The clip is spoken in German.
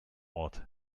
ort